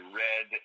red